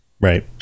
right